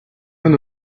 non